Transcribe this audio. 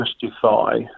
justify